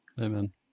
Amen